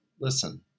listen